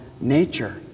nature